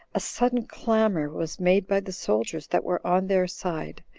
a sudden clamor was made by the soldiers that were on their side,